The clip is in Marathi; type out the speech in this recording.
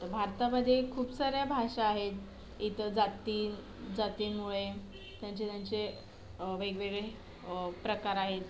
भारतामध्ये खूप साऱ्या भाषा आहेत इथं जाती जातींमुळे त्यांचे त्यांचे वेगवेगळे प्रकार आहेत